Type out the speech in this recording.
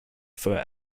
for